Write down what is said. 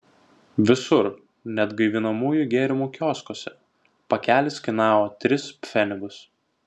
visur net gaivinamųjų gėrimų kioskuose pakelis kainavo tris pfenigus